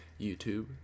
YouTube